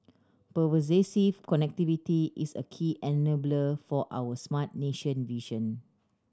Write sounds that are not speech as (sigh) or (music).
(unintelligible) connectivity is a key enabler for our smart nation vision